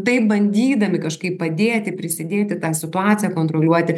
taip bandydami kažkaip padėti prisidėti tą situaciją kontroliuoti